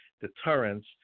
deterrence